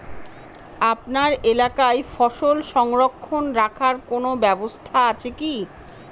আপনার এলাকায় ফসল সংরক্ষণ রাখার কোন ব্যাবস্থা আছে কি?